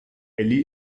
elli